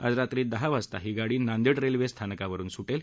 आज रात्री दहा वाजता ही गाडी नांदेड रेल्वे स्थानकावरुन सुटेल